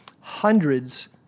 hundreds